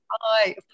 hi